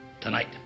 tonight